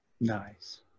nice